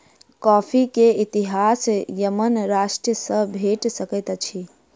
coffee के इतिहास Yemen राष्ट्र सॅ भेट सकैत अछि